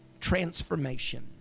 transformation